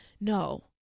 no